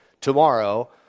tomorrow